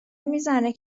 میزنه